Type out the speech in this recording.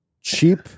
Cheap